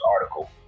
article